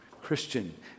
Christian